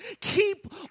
keep